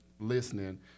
Listening